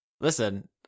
Listen